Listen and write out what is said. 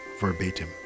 verbatim